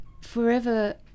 forever